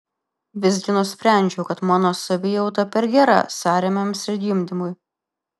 visgi nusprendžiau kad mano savijauta per gera sąrėmiams ir gimdymui